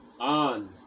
on